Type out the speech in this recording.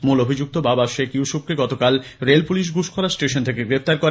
মূল অভিযুক্ত বাবাব শেখ ইউসুফকে রেল পুলিশ গুসকরা স্টেশন থেকে গ্রেপ্তার করে